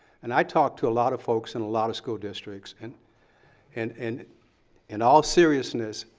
and i talk to a lot of folks in a lot of school districts and and and in all seriousness,